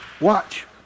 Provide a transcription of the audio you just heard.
Watch